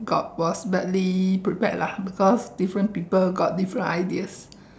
got one met sleep put that lah in course before I let